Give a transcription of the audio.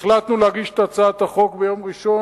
החלטנו להגיש את הצעת החוק ביום ראשון.